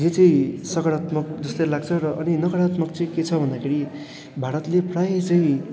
यो चाहिँ सकारात्मक जस्तै लाग्छ र अनि नकारात्मक चाहिँ के छ भन्दाखेरि भारतले प्रायः चाहिँ